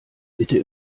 bitte